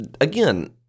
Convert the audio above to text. again